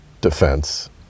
defense